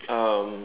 um